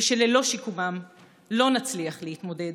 וללא שיקומם לא נצליח להתמודד